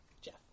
Jeff